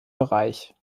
bereich